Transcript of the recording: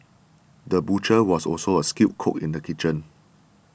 the butcher was also a skilled cook in the kitchen